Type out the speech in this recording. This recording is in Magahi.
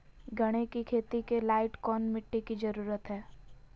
गन्ने की खेती के लाइट कौन मिट्टी की जरूरत है?